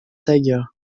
tigers